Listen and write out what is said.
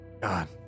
God